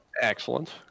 Excellent